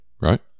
Right